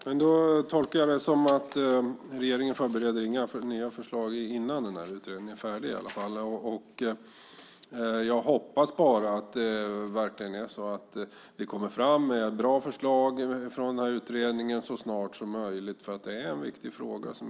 Fru talman! Jag tolkar detta som att regeringen inte förbereder några nya förslag innan denna utredning är färdig i alla fall. Jag hoppas verkligen att det kommer fram bra förslag från denna utredning så snart som möjligt eftersom detta är en viktig fråga.